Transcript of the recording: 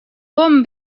bon